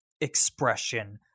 expression